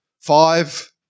five